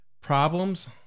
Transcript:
problems